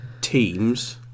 teams